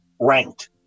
ranked